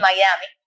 Miami